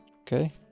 okay